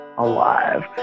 alive